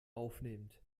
aufnehmt